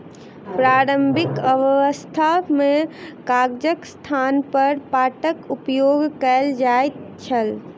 प्रारंभिक अवस्था मे कागजक स्थानपर पातक उपयोग कयल जाइत छल